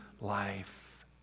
life